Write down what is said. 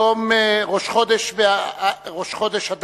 היום ראש חודש אדר,